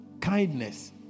Kindness